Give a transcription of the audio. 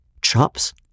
chops